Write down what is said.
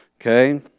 Okay